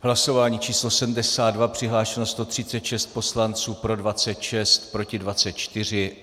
Hlasování číslo 72, přihlášeno 136 poslanců, pro 26, proti 24.